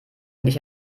nicht